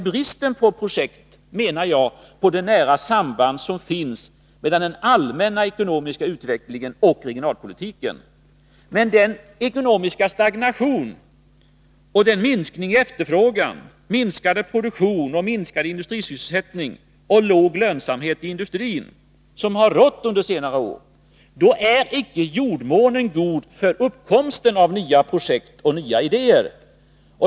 Bristen på projekt visar, menar jag, på det nära samband som finns mellan den allmänna ekonomiska utvecklingen och regionalpolitiken. Med den ekonomiska stagnationen, minskningen i efterfrågan, produktion och industrisysselsättning samt den låga lönsamhet i industrin som har rått under senare år har jordmånen icke varit god för uppkomsten av nya projekt och nya idéer.